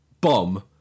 bomb